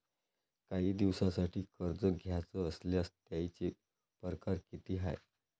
कायी दिसांसाठी कर्ज घ्याचं असल्यास त्यायचे परकार किती हाय?